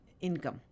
income